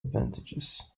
advantages